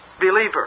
believer